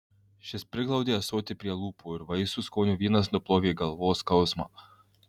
šis priglaudė ąsotį prie lūpų ir vaisių skonio vynas nuplovė galvos skausmą